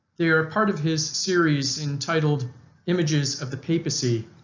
they are part of his series entitled images of the papacy,